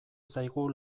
zaigu